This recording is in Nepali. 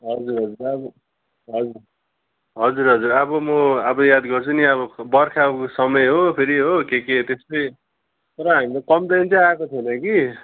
हजुर हजुर अब हजर हजुर हजुर अब म अब याद गर्छु नि अब बर्खाको समय हो फेरि हो के के त्यसै तर हामीलाई कमप्लेन चाहिँ आएको छैन कि